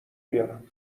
بیارم